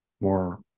more